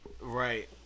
Right